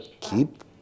keep